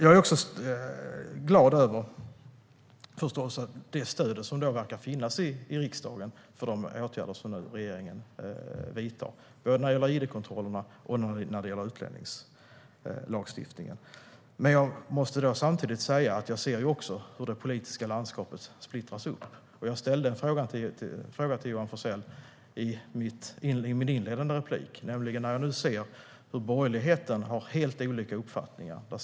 Jag är förstås också glad över det stöd som verkar finnas i riksdagen för de åtgärder som regeringen nu vidtar, både när det gäller id-kontroller och utlänningslagstiftningen. Men jag måste samtidigt säga att jag ser hur det politiska landskapet splittras upp. Jag ställde en fråga till Johan Forssell i mitt inledande inlägg, eftersom jag ser hur borgerligheten nu har helt olika uppfattningar.